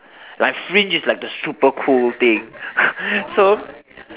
like fringe is like the super cool thing so